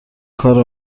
کار